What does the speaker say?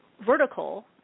vertical